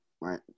Right